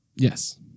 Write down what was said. Yes